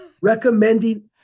recommending